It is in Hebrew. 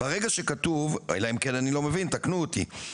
ברגע שכתוב אל אם אני לא מבין תקנו אותי,